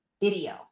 video